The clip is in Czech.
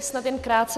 Snad jen krátce.